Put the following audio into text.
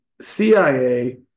cia